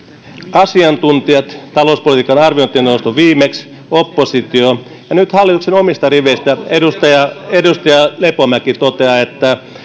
asiantuntijat talouspolitiikan arviointineuvosto viimeksi oppositio ja nyt hallituksen omista riveistä edustaja edustaja lepomäki toteavat että